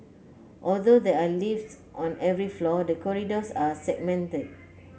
although there are lifts on every floor the corridors are segmented